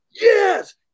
yes